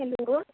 hello